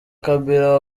kabila